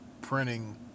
printing